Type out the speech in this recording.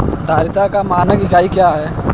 धारिता का मानक इकाई क्या है?